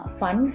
fun